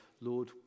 Lord